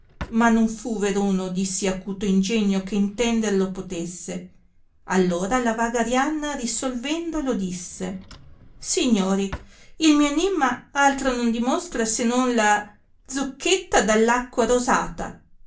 ma non fu veruno di sì acuto ingegno che intender lo potesse allora la vaga arianna risolvendolo disse signori il mio enimma altro non dimostra se non la zucchetta dall acqua rosata